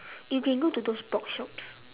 you can go to those box shops